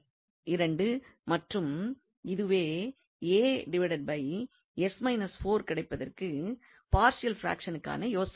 எனவே மற்றும் இதுவே கிடைப்பதற்கு பார்ஷியல் பிராக்ஷனுக்கான யோசனையாகும்